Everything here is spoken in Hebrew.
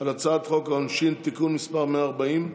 על הצעת חוק העונשין (תיקון מס' 140)